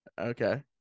Okay